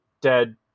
dead